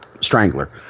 strangler